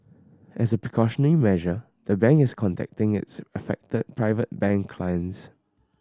as a precautionary measure the bank is contacting its affected Private Bank clients